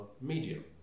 medium